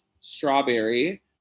strawberry